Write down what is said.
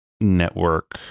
network